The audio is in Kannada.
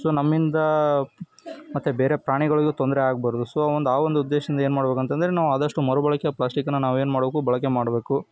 ಸೊ ನಮ್ಮಿಂದ ಮತ್ತು ಬೇರೆ ಪ್ರಾಣಿಗಳಿಗೂ ತೊಂದರೆ ಆಗಬಾರ್ದು ಸೊ ಒಂದು ಆ ಒಂದು ಉದ್ದೇಶದಿಂದ ಏನು ಮಾಡ್ಬೇಕು ಅಂತ ಅಂದ್ರೆ ನಾವು ಆದಷ್ಟು ಮರುಬಳಕೆ ಪ್ಲಾಸ್ಟಿಕ್ನ ನಾವೇನು ಮಾಡಬೇಕು ಬಳಕೆ ಮಾಡಬೇಕು